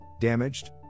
damaged